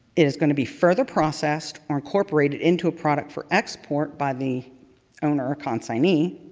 it is going to be further processed or incorporated into a product for export by the owner or consignee.